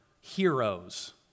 heroes